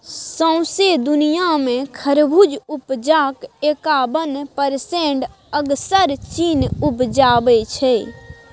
सौंसे दुनियाँ मे खरबुज उपजाक एकाबन परसेंट असगर चीन उपजाबै छै